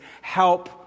help